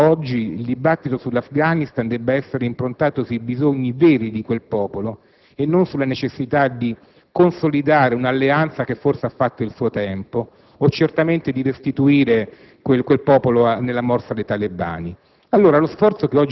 perché pensiamo che oggi il dibattito sull'Afghanistan debba essere improntato sui bisogni veri di quel popolo, e non sulla necessità di consolidare un'alleanza che forse ha fatto il suo tempo o, certamente, di restituire quel popolo nella morsa dei talebani.